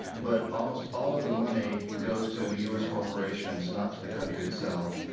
but almost all of the money goes to u s. corporations, not to the country itself,